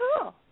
cool